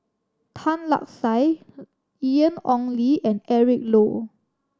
Tan Lark Sye Ian Ong Li and Eric Low